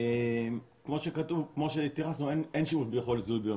כמו שהתייחסנו אין אפשרות זיהוי ביומטרי.